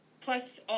plus